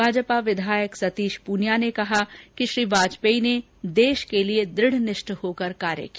भाजपा विधायक संतीश पूनिया ने कहा कि श्री वाजपेयी ने देश के लिए दुढनिष्ठ होकर कार्य किया